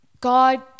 God